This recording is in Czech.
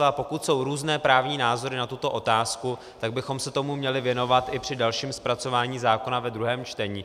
A pokud jsou různé právní názory na tuto otázku, tak bychom se tomu měli věnovat i při dalším zpracování zákona ve druhém čtení.